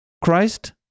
Christ